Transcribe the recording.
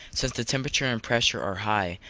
since the temperature and pressure are high,